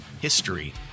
history